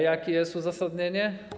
Jakie jest uzasadnienie?